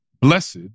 Blessed